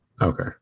okay